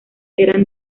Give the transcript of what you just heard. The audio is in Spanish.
eran